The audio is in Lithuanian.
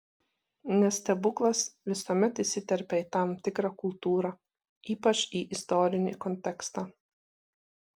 nes stebuklas visuomet įsiterpia į tam tikrą kultūrą ypač į istorinį kontekstą